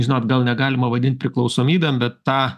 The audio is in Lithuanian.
žinot gal negalima vadint priklausomybėm bet tą